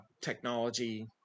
technology